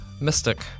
mystic